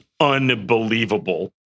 unbelievable